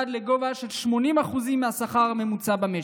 עד ב-80% מהשכר הממוצע במשק.